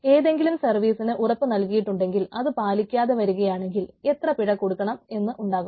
എന്തെങ്കിലും സർവീസിന് ഉറപ്പ് നൽകിയിട്ടുണ്ടെങ്കിൽ അത് പാലിക്കാതെ വരികയാണെങ്കിൽ എത്ര പിഴ കൊടുക്കണം എന്ന് ഉണ്ടാകും